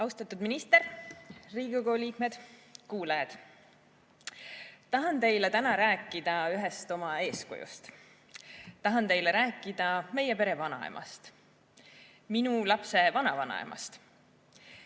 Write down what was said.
Austatud minister, Riigikogu liikmed, kuulajad! Tahan teile täna rääkida ühest oma eeskujust. Tahan teile rääkida meie pere vanaemast, minu lapse vanavanaemast.